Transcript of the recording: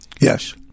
Yes